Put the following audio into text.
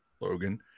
Logan